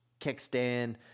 kickstand